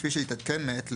כפי שיתעדכן מעת לעת,